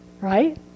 right